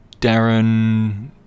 Darren